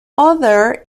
other